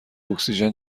اکسیژن